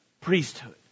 priesthood